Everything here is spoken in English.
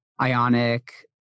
Ionic